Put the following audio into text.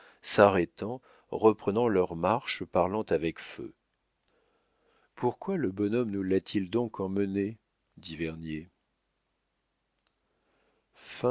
s'arrêtant reprenant leur marche parlant avec feu pourquoi le bonhomme nous l'a-t-il donc emmené dit